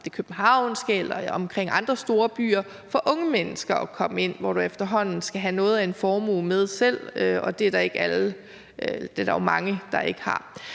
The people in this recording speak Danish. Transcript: som det københavnske eller i andre storbyer, for unge mennesker at komme ind, hvor de efterhånden skal have noget af en formue med selv, og det er der jo mange der ikke har.